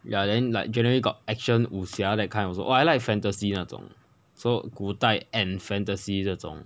ya then like generally got action 武侠 that kind also oh I like fantasy 那种 so 古代 and fantasy 这种